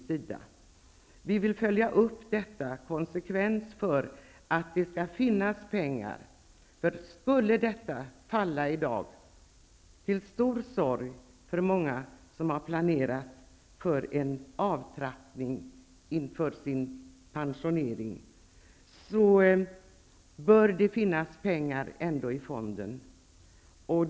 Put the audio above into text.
Vi vill konsekvent följa upp att det finns pengar, ty om möjligheten till delpension i dag skulle gå förlorad, till stor sorg för de som planerat för en avtrappning inför sin pensionering, bör det ändå finnas pengar i fonden.